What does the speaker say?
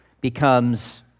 becomes